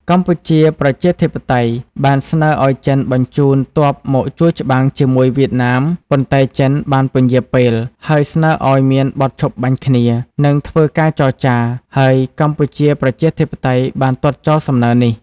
កម្ពុជាប្រជាធិបតេយ្យបានស្នើឱ្យចិនបញ្ជូនទ័ពមកជួយច្បាំងជាមួយវៀតណាម ប៉ុន្តែចិនបានពន្យារពេល ហើយស្នើឱ្យមានបទឈប់បាញ់គ្នា និងធ្វើការចរចា ហើយកម្ពុជាប្រជាធិបតេយ្យបានទាត់ចោលសំណើនេះ។